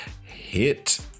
hit